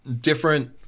different